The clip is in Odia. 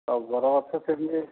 ଟଗର ଗଛ ସେମିତି